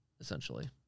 essentially